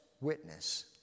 witness